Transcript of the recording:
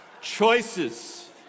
Choices